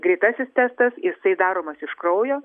greitasis testas jisai daromas iš kraujo